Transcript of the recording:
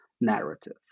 narrative